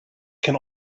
can